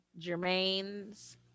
Jermaine's